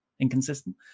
inconsistent